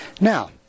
Now